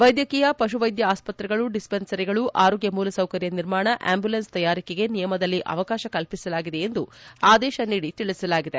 ವೈದ್ಯಕೀಯ ಪಶುವೈದ್ಯ ಆಸ್ಪತ್ರೆಗಳು ಡಿಸ್ಪೆನ್ಸರಿಗಳು ಆರೋಗ್ಯ ಮೂಲಸೌಕರ್ಯ ನಿರ್ಮಾಣ ಆಂಬುಲೆನ್ಸ್ ತಯಾರಿಕೆಗೆ ನಿಯಮದಲ್ಲಿ ಅವಕಾಶ ಕಲ್ಪಿಸಲಾಗಿದೆ ಎಂದು ಆದೇಶ ನೀಡಿ ತಿಳಿಸಲಾಗಿದೆ